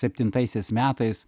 septintaisiais metais